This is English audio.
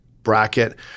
bracket